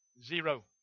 zero